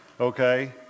okay